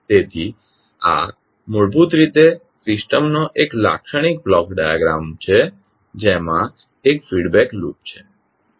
તેથી આ મૂળભૂત રીતે સિસ્ટમનો એક લાક્ષણિક બ્લોક ડાયાગ્રામ છે જેમાં એક ફીડબેક લૂપ છે